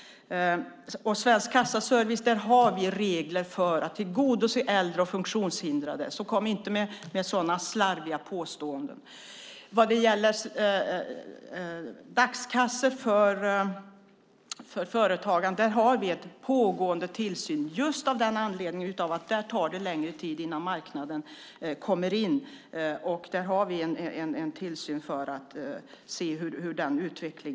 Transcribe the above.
När det gäller Svensk Kassaservice har vi regler för att tillgodose behoven hos äldre och funktionshindrade, så kom inte med sådana slarviga påståenden! När det gäller dagskassor för företag finns en pågående tillsyn just med anledning av att det där tar längre tid innan marknaden kommer in. Där har vi en tillsyn för att se hur det hela utvecklas.